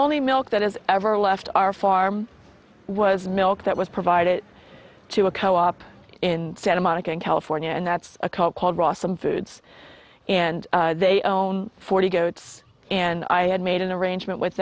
only milk that has ever left our farm was milk that was provided to a co op in santa monica california and that's a cult called some foods and they own forty goats and i had made an arrangement with